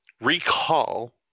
recall